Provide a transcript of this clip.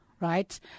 right